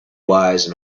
wise